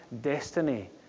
destiny